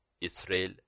Israel